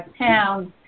pounds